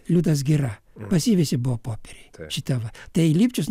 liudas gira pas jį visi buvo popieriai šita va tai lipčius